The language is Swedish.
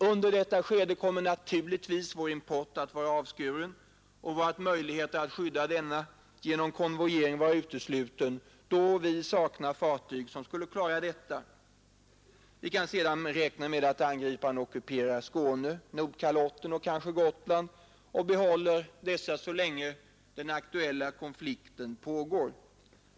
Under detta skede kommer naturligtvis vår import att vara avskuren och våra möjligheter att skydda denna genom konvojering att vara utesluten, då vi saknar fartyg som skulle klara detta. Vi kan sedan räkna med att angriparen ockuperar Skåne, Nordkalotten och kanske Gotland och behåller dessa områden så länge den aktuella konflikten pågår.